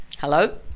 Hello